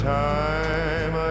time